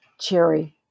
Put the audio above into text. Cherry